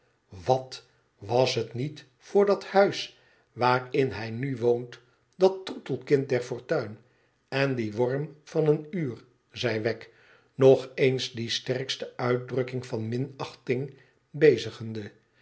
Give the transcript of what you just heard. wat was het niet voor dat huis waarin hij nu woont dat troetelkind der fortuin en die worm van een uur zei wegg nog eens die sterkste uitdrukking van minachting bezigende